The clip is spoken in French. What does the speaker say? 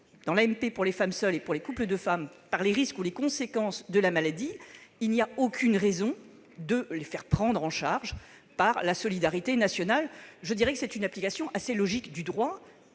où l'AMP pour les femmes seules et pour les couples de femmes n'est pas liée aux risques ou aux conséquences de la maladie, il n'y a aucune raison de la faire prendre en charge par la solidarité nationale. C'est une application assez logique du droit